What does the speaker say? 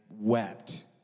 wept